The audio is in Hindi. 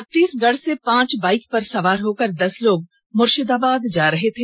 छत्तीसगढ़ से पांच बाइक पर सवार होकर दस लोग मुर्शिदाबाद जा रहे थे